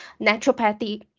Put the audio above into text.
Naturopathy